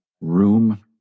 Room